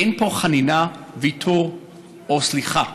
אין פה חנינה, ויתור או סליחה.